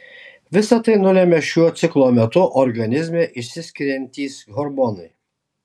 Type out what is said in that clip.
visa tai nulemia šiuo ciklo metu organizme išsiskiriantys hormonai